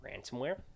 ransomware